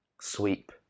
sweep